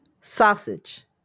Sausage